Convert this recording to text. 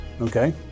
Okay